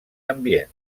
ambient